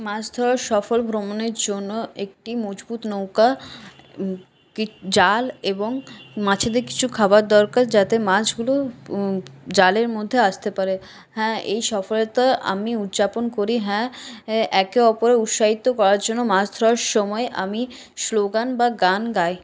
মাছ ধরার সফল ভ্রমণের জন্য একটি মজবুত নৌকা জাল এবং মাছেদের কিছু খাবার দরকার যাতে মাছগুলো জালের মধ্যে আসতে পারে হ্যাঁ এই সফলতা আমি উদযাপন করি হ্যাঁ একে অপরের উৎসাহিত করার জন্য মাছ ধরার সময় আমি স্লোগান বা গান গাই